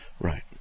Right